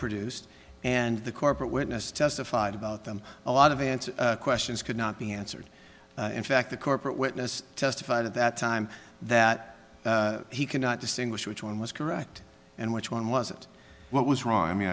produced and the corporate witness testified about them a lot of answer questions could not be answered in fact the corporate witness testified at that time that he cannot distinguish which one was correct and which one was it what was wrong i mean